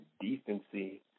decency